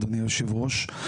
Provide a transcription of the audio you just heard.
אדוני היושב ראש,